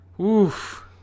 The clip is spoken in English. Oof